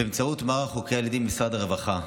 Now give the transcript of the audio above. באמצעות מערך חוקרי הילדים במשרד הרווחה.